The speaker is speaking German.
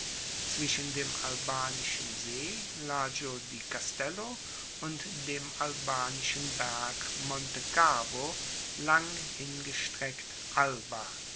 zwischen dem albanischen see lago di castello und dem albanischen berg monte cavo lang hingestreckt alba